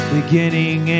Beginning